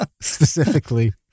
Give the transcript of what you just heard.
Specifically